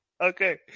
Okay